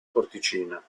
porticina